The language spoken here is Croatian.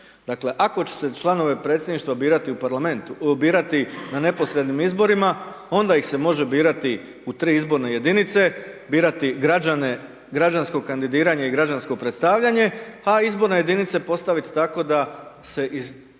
Dakle, ako će se članove Predsjedništva birati u Parlamentu, hm, birati na neposrednim izborima, onda ih se može birati u tri izborne jedinice, birati građane, građansko kandidiranje i građansko predstavljanje, a izborne jedinice postaviti tako da se iz